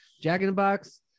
Jack-in-the-Box